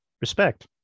respect